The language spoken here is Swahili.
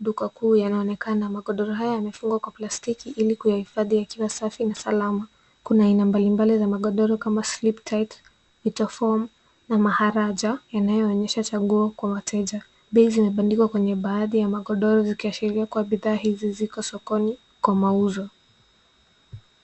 duka kuu yanaonekana. Magodoro haya yamefungwa kwa plastiki ili kuyahifadhi yakiwa safi na salama. Kuna aina mbali mbali za magodoro kama sleep tight na maharaja inayoonyesha chaguo kwa wateja. Bei zimebandikwa kwenye baadhi ya magodoro zikiashiria kuwa bidhaa hizi ziko sokoni kwa mauzo.